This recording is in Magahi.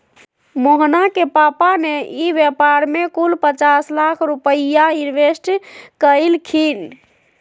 मोहना के पापा ने ई व्यापार में कुल पचास लाख रुपईया इन्वेस्ट कइल खिन